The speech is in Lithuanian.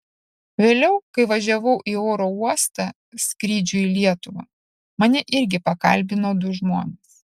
vėliau kai važiavau į oro uostą skrydžiui į lietuvą mane irgi pakalbino du žmonės